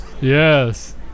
Yes